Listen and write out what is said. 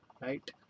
Right